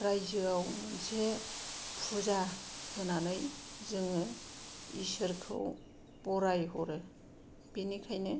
रायजोआव मोनसे फुजा होनानै जोङो इसोरखौ बराय होरो बेनिखायनो